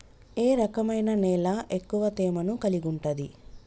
ఏ రకమైన నేల ఎక్కువ తేమను కలిగుంటది?